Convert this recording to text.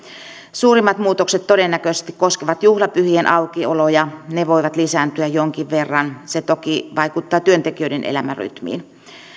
suurimmat muutokset todennäköisesti koskevat juhlapyhien aukioloja ne voivat lisääntyä jonkin verran se toki vaikuttaa työntekijöiden elämänrytmiin